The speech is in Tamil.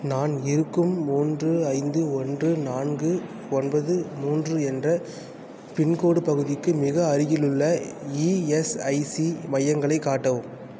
நான் இருக்கும் மூன்று ஐந்து ஒன்று நான்கு ஒன்பது மூன்று என்ற பின்கோட் பகுதிக்கு மிக அருகிலுள்ள இஎஸ்ஐசி மையங்களைக் காட்டவும்